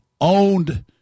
owned